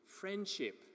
friendship